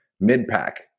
mid-pack